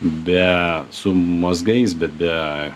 be su mazgais bet be